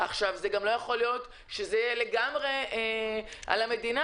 גם לא יכול להיות שזה יהיה לגמרי על המדינה